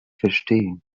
verstehen